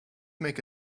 make